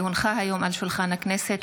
כי הונחה היום על שולחן הכנסת,